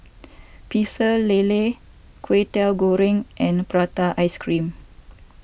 Pecel Lele Kway Teow Goreng and Prata Ice Cream